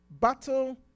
battle